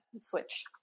switch